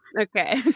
Okay